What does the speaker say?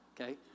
okay